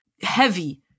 heavy